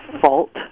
fault